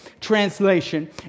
translation